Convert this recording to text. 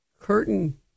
curtain